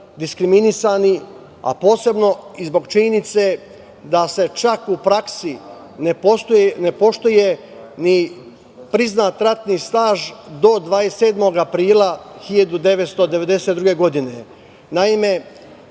diskriminisani, a posebno i zbog činjenice da se čak u praksi ne poštuje ni priznat ratni staž do 27. aprila 1992. godine. Naime,